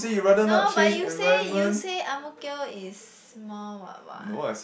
no but you say you say Ang-Mo-Kio is more what what